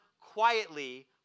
quietly